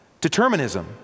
determinism